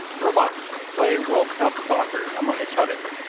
robots play world cup soccer among each other.